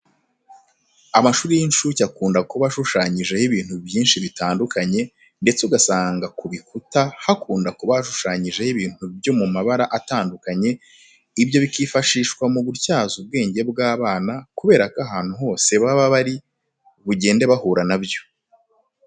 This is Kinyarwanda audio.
Amashuri y'inshuke akunda kuba ashushanyijeho ibintu byinshi bitandukanye, ndetse ugasanga ku bikuta hakunda kuba hashushanyijeho ibintu byo mu mabara atandukanye, ibyo bikifashishwa mu gutyaza ubwenge bw'abana kubera ko ahantu hose baba bari bugende bahura na byo.